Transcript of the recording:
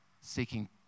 seeking